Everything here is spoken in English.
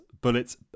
Bullets